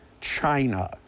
China